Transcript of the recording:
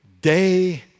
day